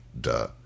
Duh